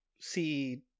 see